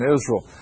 Israel